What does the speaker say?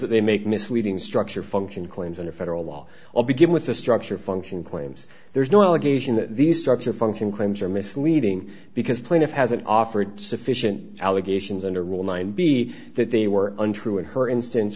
that they make misleading structure function claims under federal law all begin with the structure function claims there is no allegation that these structure function claims are misleading because plaintiff hasn't offered sufficient allegations and or rule nine b that they were untrue in her instance